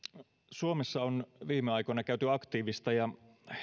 suomessa on viime aikoina käyty aktiivista ja